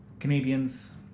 Canadians